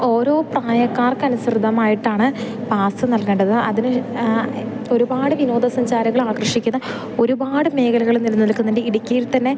ഓരോ പ്രായക്കാർക്ക് അനുസൃതമായിട്ടാണ് പാസ്സ് നൽകേണ്ടത് അതിന് ഒരുപാട് വിനോദസഞ്ചാരികളെ ആകർഷിക്കുന്ന ഒരുപാട് മേഖലകൾ നിലനിൽക്കുന്നുണ്ട് ഇടുക്കിയിൽ തന്നെ